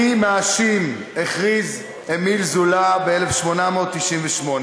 "אני מאשים", הכריז אמיל זולא ב-1899.